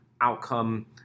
outcome